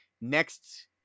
next